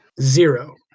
Zero